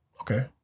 okay